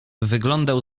wyglądał